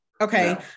Okay